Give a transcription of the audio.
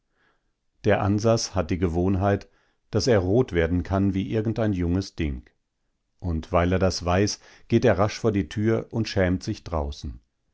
der ansas hat die gewohnheit daß er rot werden kann wie irgendein junges ding und weil er das weiß geht er rasch vor die tür und schämt sich draußen